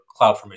CloudFormation